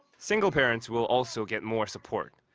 single parents will also get more support.